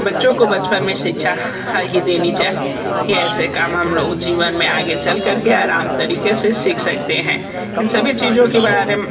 बच्चों को बचपन में शिक्षा ह ही देनी चा हिए ऐसे काम ह मलोग जीवन में आगे चल कर के आराम तरीक़े से सीख सकते हैं इन सभी चीज़ों के बारे